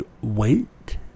wait